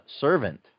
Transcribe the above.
servant